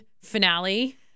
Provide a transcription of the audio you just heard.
finale